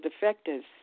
defectives